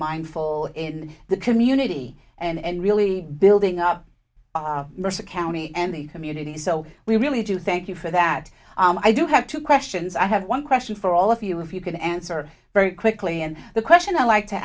mindful in the community and really building up mercer county and the community so we really do thank you for that i do have two questions i have one question for all of you if you can answer very quickly and the question i'd like to